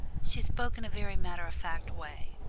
she spoke in a very matter-of-fact way,